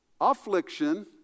affliction